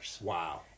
Wow